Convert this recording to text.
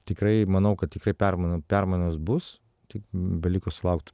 tikrai manau kad tikrai permainų permainos bus tik beliko sulaukt